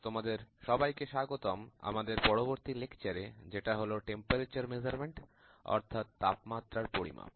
তোমাদের সবাইকে স্বাগতম আমাদের পরবর্তী লেকচারে যেটা হলো তাপমাত্রার পরিমাপ